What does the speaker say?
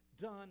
done